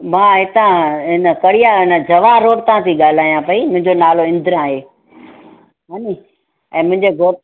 मां हितां हिन परिया आहिनि जवाहर रोड सां थी ॻाल्हायां पई मुंहिंजो नालो इंद्रा आहे हा नी ऐं मुंहिंजे घोट